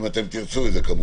אם תרצו את זה כמובן.